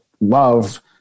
love